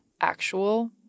actual